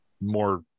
more